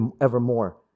evermore